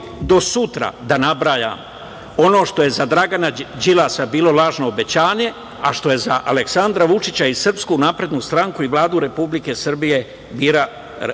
do sutra da nabrajam ono što je za Dragana Đilasa bilo lažno obećanje, a što je za Aleksandra Vučića i SNS i Vladu Republike Srbije bila